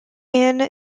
ann